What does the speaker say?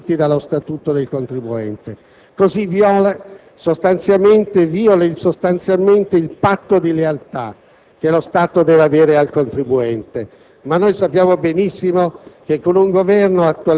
i principi sanciti dallo Statuto del contribuente. Così esso vìola sostanzialmente il patto di lealtà che lega lo Stato al contribuente, ma noi sappiamo benissimo